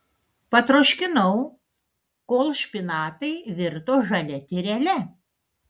patroškinau kol špinatai virto žalia tyrele